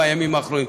בימים האחרונים,